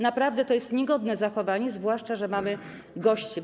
Naprawdę to jest niegodne zachowanie, zwłaszcza że mamy gości.